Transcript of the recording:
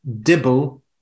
Dibble